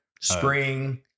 spring